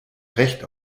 recht